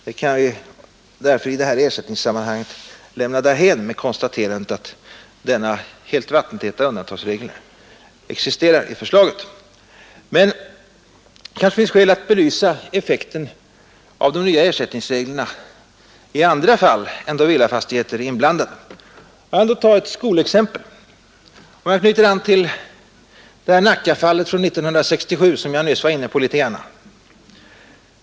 Det kan vi därför i ersättningssammanhanget lämna därhän med konstaterandet att denna helt vattentäta undantagsregel existerar i förslaget. Men det kanske finns skäl att belysa effekten av de nya ersättningsreglerna i andra fall än då villafastigheter är inblandade. Jag vill ta ett skolexempel och knyta an till Nackafallet från 1967 som jag nyss var inne på.